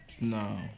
No